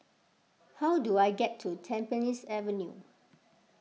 how do I get to Tampines Avenue